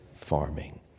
farming